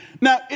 Now